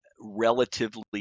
relatively